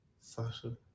Sasha